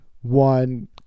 one